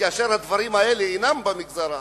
כאשר הדברים האלה אינם במגזר הערבי.